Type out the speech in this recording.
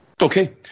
Okay